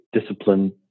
discipline